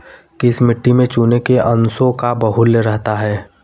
किस मिट्टी में चूने के अंशों का बाहुल्य रहता है?